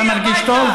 גיס חמישי.